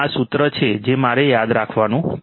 આ સૂત્ર છે જે મારે યાદ રાખવાનું છે